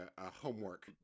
homework